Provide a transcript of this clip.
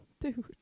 Dude